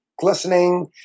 Glistening